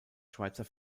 schweizer